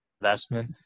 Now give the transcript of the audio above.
investment